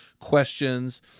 questions